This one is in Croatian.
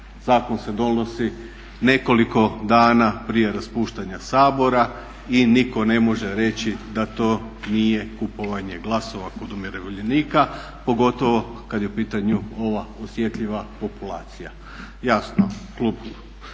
zakon se donosi nekoliko dana prije raspuštanja Sabora i nitko ne može reći da to nije kupovanje glasova kod umirovljenika, pogotovo kad je u pitanju ova osjetljiva populacija. Jasno, klub